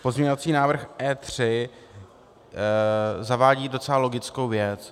Pozměňovací návrh E3 zavádí docela logickou věc.